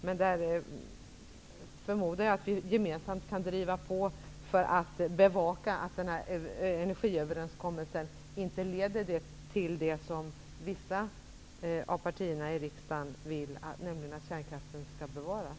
Jag förmodar att vi gemensamt kan driva på för att bevaka att energiöverenskommelsen inte leder till det som vissa partier i riksdagen vill, nämligen att kärnkraften bevaras.